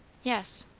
yes.